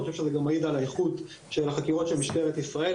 אני חושב שזה מעיד על האיכות של החקירות של משטרת ישראל,